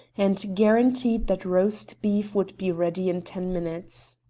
and guaranteed that roast beef would be ready in ten minutes.